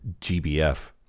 GBF